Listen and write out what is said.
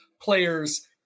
player's